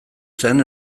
zen